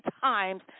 times